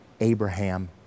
Abraham